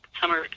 summer